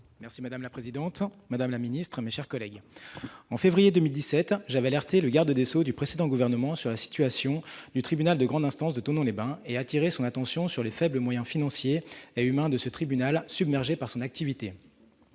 Madame la présidente, madame la garde des sceaux, mes chers collègues, en février 2017, j'avais alerté le garde des sceaux du précédent gouvernement sur la situation du tribunal de grande instance de Thonon-les-Bains et attiré son attention sur les faibles moyens financiers et humains de ce tribunal, submergé par son activité.